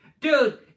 Dude